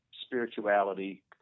spirituality